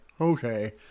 okay